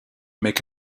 make